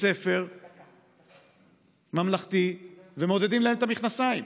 ספר ממלכתי ומודדים להן את המכנסיים.